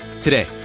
Today